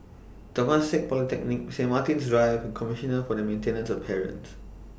Temasek Polytechnic Saint Martin's Drive and Commissioner For The Maintenance of Parents